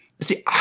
see –